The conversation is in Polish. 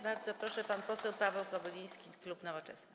Bardzo proszę, pan poseł Paweł Kobyliński, klub Nowoczesna.